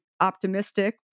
optimistic